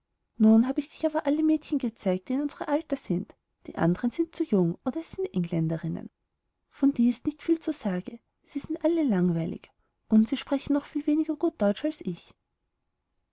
nun habe ich dich aber alle mädchen gezeigt die in unsre alter sind die anderen sind zu jung oder es sind engländerinnen von die ist nicht viel zu sage sie sind alle langweilig und sie sprechen noch viel weniger gut deutsch als ich